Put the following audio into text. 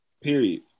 period